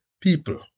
people